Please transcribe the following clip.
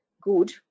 good